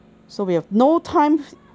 so we have no time